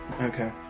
Okay